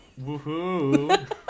woohoo